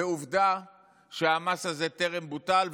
ועובדה שהמס הזה טרם בוטל,